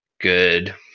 good